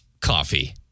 coffee